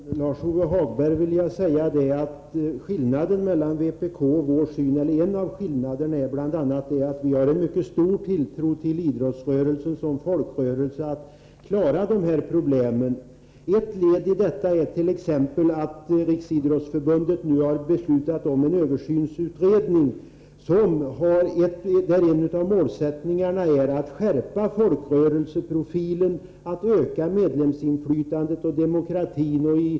Herr talman! Till Lars-Ove Hagberg vill jag säga att en av skillnaderna mellan vpk:s och vår syn är att vi har en mycket stor tilltro till idrottsrörelsens förmåga att som folkrörelse klara de här problemen. Ett led i arbetet härför är att Riksidrottsförbundet nu har beslutat om en översynsutredning, där en av målsättningarna är att skärpa folkrörelseprofilen samt öka folkrörelseinflytandet och demokratin.